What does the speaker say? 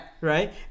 Right